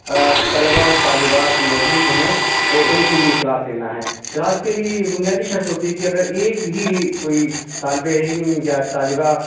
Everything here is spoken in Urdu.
طلبہ اور طالبات موجود ہیں اور ان کے لیے کلاس لینا ہے کلاس کے لیے بنیادی شرط ہوتی ہے کہ اگر ایک بھی کوئی طالب علم یا طالبہ